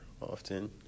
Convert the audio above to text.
often